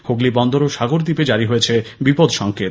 হুগলী বন্দর ও সাগরদ্বীপে জারি হয়েছে বিপদ সংকেত